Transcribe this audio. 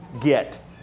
get